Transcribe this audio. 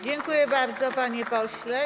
Dziękuję bardzo, panie pośle.